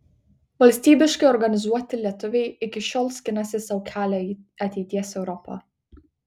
valstybiškai organizuoti lietuviai iki šiol skinasi sau kelią į ateities europą